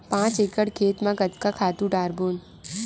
पांच एकड़ खेत म कतका खातु डारबोन?